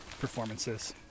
performances